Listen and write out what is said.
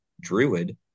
Druid